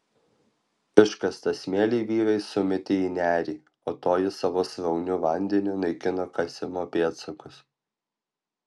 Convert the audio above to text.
iškastą smėlį vyrai sumetė į nerį o toji savo srauniu vandeniu naikino kasimo pėdsakus